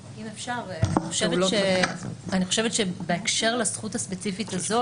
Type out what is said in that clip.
אני חושבת שבהקשר לזכות הספציפית הזאת,